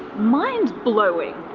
mind-blowing.